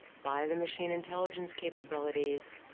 buy the machine intelligence capabilities,